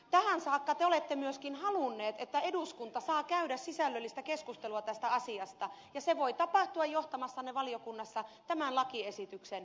tähän saakka te olette myöskin halunneet että eduskunta saa käydä sisällöllistä keskustelua tästä asiasta ja se voi tapahtua johtamassanne valiokunnassa tämän lakiesityksen myötä